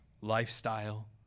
lifestyle